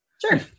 sure